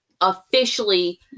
officially